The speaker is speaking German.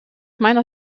meiner